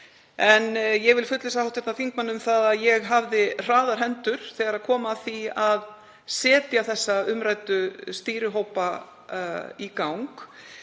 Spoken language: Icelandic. En ég fullvissa hv. þingmann um að ég hafði hraðar hendur þegar kom að því að setja þessa umræddu stýrihópa í gang.